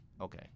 okay